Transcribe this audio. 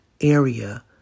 area